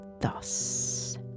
thus